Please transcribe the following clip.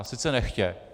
Sice nechtě.